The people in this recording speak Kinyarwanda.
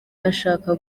bashaka